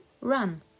run